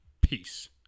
Peace